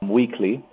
weekly